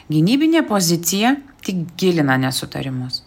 gynybinė pozicija tik gilina nesutarimus